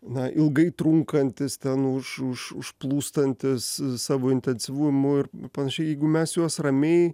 na ilgai trunkantys ten už už užplūstantys savo intensyvumu ir panašiai jeigu mes juos ramiai